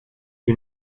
you